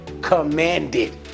commanded